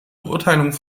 beurteilung